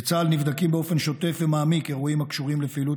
בצה"ל נבדקים באופן שוטף ומעמיק אירועים הקשורים לפעילות